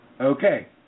Okay